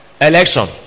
election